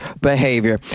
behavior